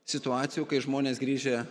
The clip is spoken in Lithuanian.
situacijų kai žmonės grįžę